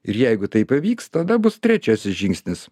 ir jeigu tai pavyks tada bus trečiasis žingsnis